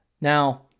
Now